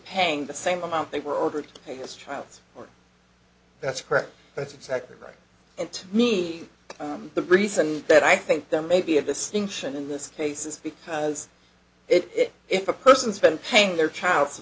paying the same amount they were ordered to pay this child's or that's correct that's exactly right and to me the reason that i think there may be a distinction in this case is because it if a person's been paying their child